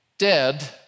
dead